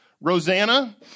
Rosanna